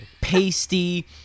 pasty